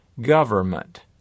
Government